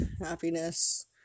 happiness